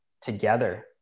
together